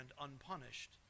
unpunished